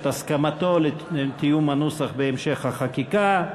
את הסכמתו לתיאום הנוסח בהמשך החקיקה.